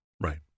Right